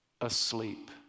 asleep